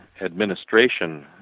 administration